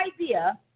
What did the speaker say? idea